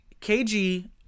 KG